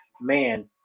man